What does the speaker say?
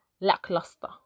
lackluster